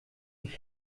ich